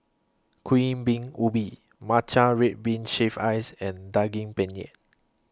Kuih Bingka Ubi Matcha Red Bean Shaved Ice and Daging Penyet